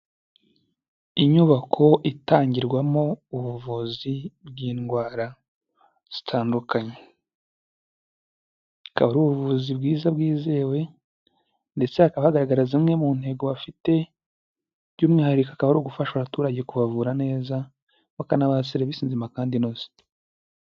Inyubako itangirwamo ubuvuzi bw'indwara zitandukanye, akaba ari ubuvuzi bwizewe ndetse hakaba hagaragaza zimwe mu ntego bafite by'umwihariko akaba ari ugufasha abaturage kubavura neza bakanabaha serivisi nzima kandi inoze.